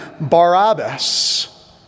Barabbas